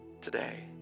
today